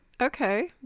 Okay